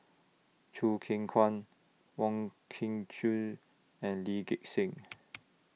Choo Keng Kwang Wong Kin Jong and Lee Gek Seng